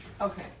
Okay